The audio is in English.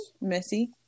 Messy